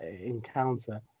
encounter